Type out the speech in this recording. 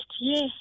yes